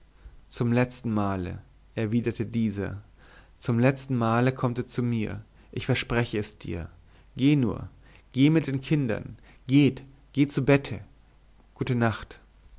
zum letzten male erwiderte dieser zum letzten male kommt er zu mir ich verspreche es dir geh nur geh mit den kindern geht geht zu bette gute nacht